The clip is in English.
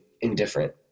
indifferent